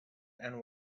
and